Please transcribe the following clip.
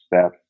step